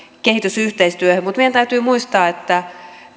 kehitysyhteistyöhön mutta meidän täytyy muistaa että